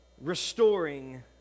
restoring